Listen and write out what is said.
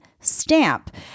Stamp